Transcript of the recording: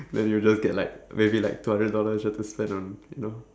then you just get like maybe like two hundred dollars just to spend on you know